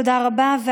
תודה רבה.